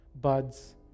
buds